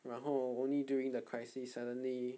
然后 only during the crisis suddenly